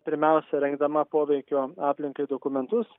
pirmiausia rengdama poveikio aplinkai dokumentus